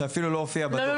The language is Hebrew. שאפילו לא הופיע בדוח --- לא,